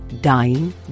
dying